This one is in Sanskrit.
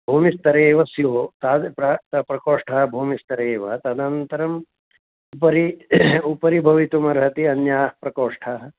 भूमिस्तरे एव स्युः तादृशं प्र त प्रकोष्ठः भूमिस्तरे एव तदन्तरम् उपरि उपरि भवितुम् अर्हति अन्याः प्रकोष्ठाः